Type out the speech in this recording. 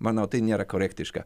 manau tai nėra korektiška